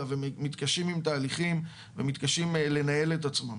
ומתקשים עם תהליכים ומתקשים לנהל את עצמם.